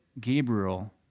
Gabriel